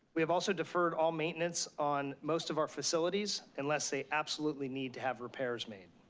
we have also deferred all maintenance on most of our facilities, unless they absolutely need to have repairs made.